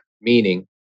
Meaning